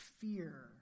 fear